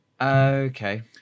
Okay